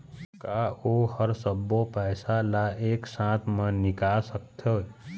का ओ हर सब्बो पैसा ला एक साथ म निकल सकथे?